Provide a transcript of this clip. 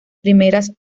primeras